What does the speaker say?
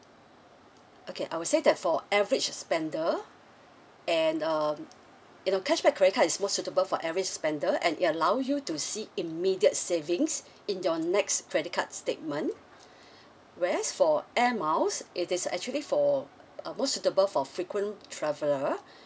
okay I will say that for average spender and um you know cashback credit card is more suitable for average spender and it allow you to see immediate savings in your next credit card statement whereas for air miles it is actually for a more suitable for frequent traveller